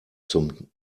zum